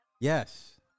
Yes